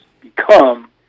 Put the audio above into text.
become